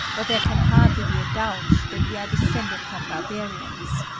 but there can hardly be a doubt that we are descended from barbarians.